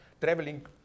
traveling